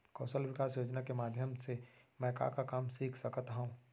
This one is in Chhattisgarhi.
कौशल विकास योजना के माधयम से मैं का का काम सीख सकत हव?